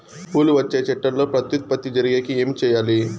పూలు వచ్చే చెట్లల్లో ప్రత్యుత్పత్తి జరిగేకి ఏమి చేయాలి?